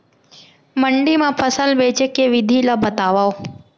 मंडी मा फसल बेचे के विधि ला बतावव?